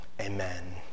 Amen